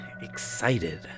excited